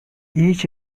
each